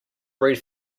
read